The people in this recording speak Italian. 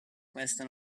questa